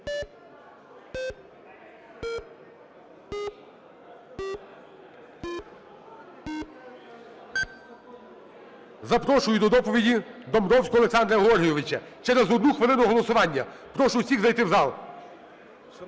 Запрошую до доповіді Домбровського Олександра Георгійовича. Через одну хвилину голосування. Прошу усіх зайти в зал.